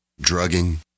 drugging